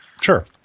Sure